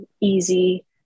easy